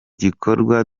gikorwa